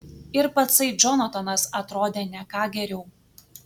ir patsai džonatanas atrodė ne ką geriau